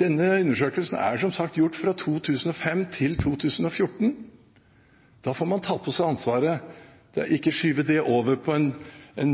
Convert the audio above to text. Denne undersøkelsen omhandler som sagt perioden 2005–2014. Da får man ta på seg ansvaret og ikke skyve det over på en